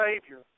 Savior